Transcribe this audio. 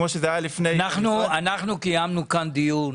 אנחנו קיימנו כאן דיון